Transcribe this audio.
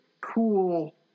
cool